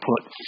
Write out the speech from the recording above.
put